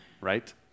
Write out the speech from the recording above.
right